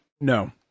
no